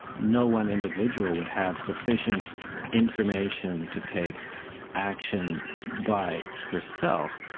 no one individual would have sufficient information to take action by herself,